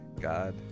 god